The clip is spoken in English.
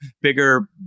bigger